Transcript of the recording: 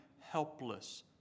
helpless